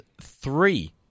three